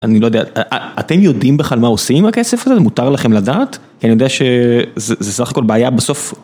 אני לא יודע, אתם יודעים בכלל מה עושים עם הכסף הזה? מותר לכם לדעת? כי אני יודע שזה סך הכל בעיה בסוף.